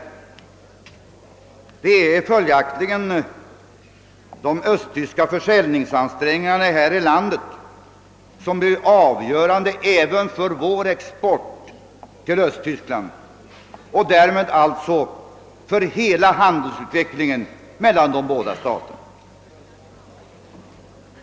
Det är följaktligen de östtyska försäljningsansträngningarna här i landet som blir avgörande även för vår export till Östtyskland och därmed för hela handelsutvecklingen mellan de båda staterna.